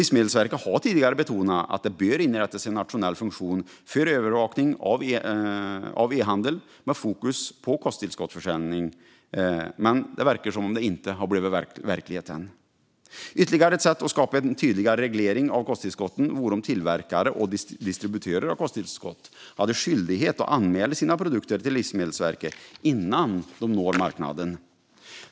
Livsmedelsverket har tidigare betonat att det bör inrättas en nationell funktion för övervakning av e-handel med fokus på kosttillskottsförsäljning, men det verkar inte ha blivit verklighet än. Ytterligare ett sätt att skapa en tydligare reglering av kosttillskotten vore om tillverkare och distributörer av kosttillskott hade skyldighet att anmäla sina produkter till Livsmedelsverket innan de når marknaden.